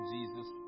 Jesus